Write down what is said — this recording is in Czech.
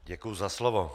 Děkuju za slovo.